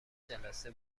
جلسه